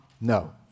no